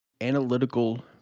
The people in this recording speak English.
Analytical